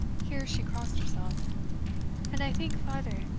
here she crossed herself and i think farther,